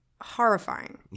horrifying